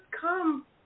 come